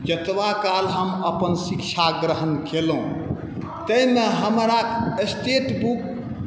जतबा काल हम अपन शिक्षा ग्रहण केलहुँ ताहिमे हमरा स्टेट बुक